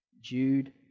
Jude